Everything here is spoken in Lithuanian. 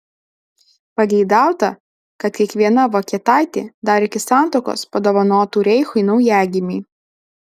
pageidauta kad kiekviena vokietaitė dar iki santuokos padovanotų reichui naujagimį